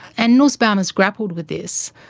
and nussbaum has grappled with this.